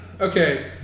okay